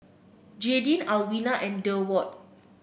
Jadyn Alwina and Durward